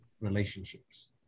relationships